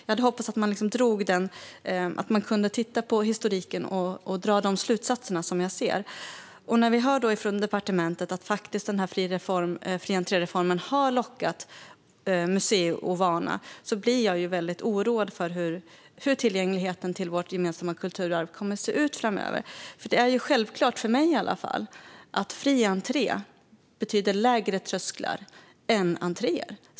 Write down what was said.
Jag hade hoppats att man kunde titta på historiken och dra de slutsatser som jag drar. När vi hör från departementet att fri-entré-reformen har lockat museiovana blir jag väldigt oroad för hur tillgängligheten till vårt gemensamma kulturarv kommer att se ut framöver. Det är, i alla fall för mig, självklart att fri entré betyder lägre trösklar än entréer.